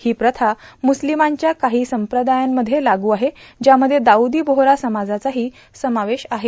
ही प्रथा मुस्लिमांच्या काही संप्रदायांमध्ये लागू आहे ज्यामध्ये दाऊदी बोहरा समाजाचाही समावेश आहे